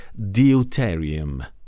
deuterium